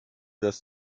das